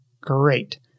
great